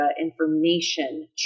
information